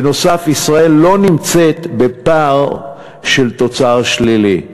בנוסף, ישראל לא נמצאת בפער של תוצר שלילי.